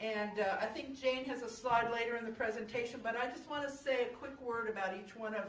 and i think jayne has a slide later in the presentation, but i just want to say a quick word about each one of